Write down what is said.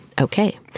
Okay